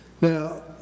Now